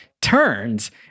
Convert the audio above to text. turns